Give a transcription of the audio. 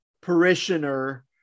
parishioner